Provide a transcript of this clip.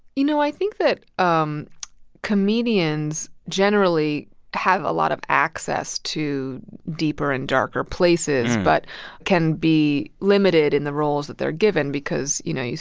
you know, i think that um comedians generally have a lot of access to deeper and darker places but can be limited in the roles that they're given because, you know,